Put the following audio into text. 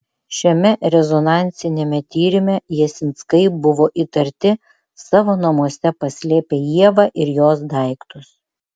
šiame rezonansiniame tyrime jasinskai buvo įtarti savo namuose paslėpę ievą ir jos daiktus